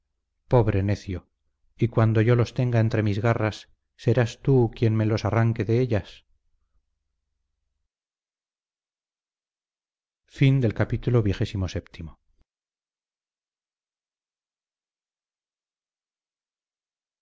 pobre necio y cuando yo los tenga entre mis garras serás tú quien me los arranque de ellas de